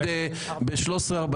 נשוב לדיון ב-13:40.